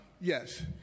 Yes